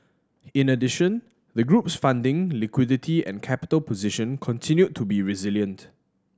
in addition the group's funding liquidity and capital position continued to be resilient